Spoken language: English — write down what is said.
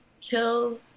kill